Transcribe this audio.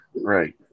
Right